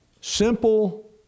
simple